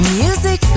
music